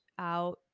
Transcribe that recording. out